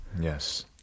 Yes